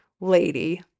lady